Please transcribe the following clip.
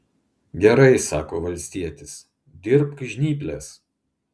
gerai sako valstietis dirbk žnyples